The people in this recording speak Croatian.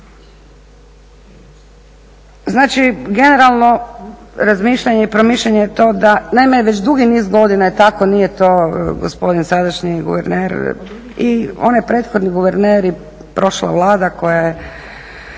Znači generalno razmišljanje i promišljanje to da, naime već dugi niz godina je tako, nije to gospodin sadašnji guverner i onaj prethodni guverner i prošla Vlada koja je